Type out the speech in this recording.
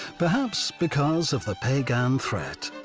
perhaps because of the piegan threat,